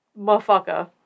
motherfucker